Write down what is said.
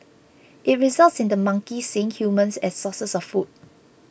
it results in the monkeys seeing humans as sources of food